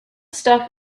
stuff